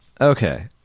Okay